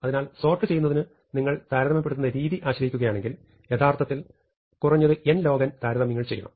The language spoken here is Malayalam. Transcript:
അതിനാൽ സോർട്ട് ചെയ്യൂന്നതിന് നിങ്ങൾ താരതമ്യപ്പെടുത്തുന്ന രീതി ആശ്രയിക്കുകയാണെങ്കിൽ യഥാർത്ഥത്തിൽ കുറഞ്ഞത് n log n താരതമ്യങ്ങൾ ചെയ്യണം